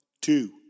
two